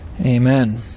Amen